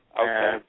Okay